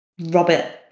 robert